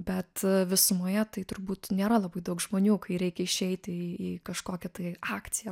bet visumoje tai turbūt nėra labai daug žmonių kai reikia išeiti į į kažkokią tai akciją